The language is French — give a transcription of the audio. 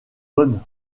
bonne